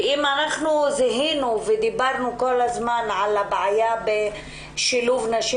זיהינו ודיברנו כל הזמן על הבעיה בשילוב נשים